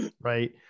right